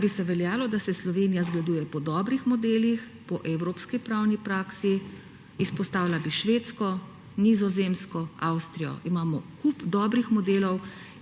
bi veljalo, da se Slovenija zgleduje po dobrih modelih, po evropski pravni praksi. Izpostavila bi Švedsko, Nizozemsko, Avstrijo. Imamo kup dobrih modelov